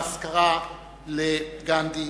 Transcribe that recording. באזכרה לגנדי,